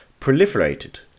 proliferated